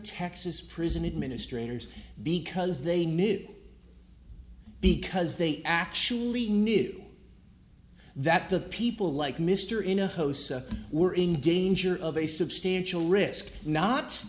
texas prison administrators because they knew because they actually knew that the people like mr in a host were in danger of a substantial risk not